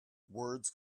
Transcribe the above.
words